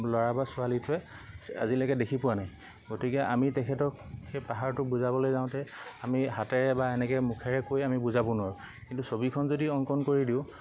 ল'ৰা বা ছোৱালীটোৱে আজিলেকে দেখি পোৱা নাই গতিকে আমি তেখেতক সেই পাহাৰটো বুজাবলৈ যাওঁতে আমি হাতেৰে বা এনেকৈ মুখেৰে কৈ আমি বুজাব নোৱাৰোঁ কিন্তু ছবিখন যদি অংকন কৰি দিওঁ